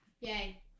Yay